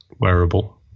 wearable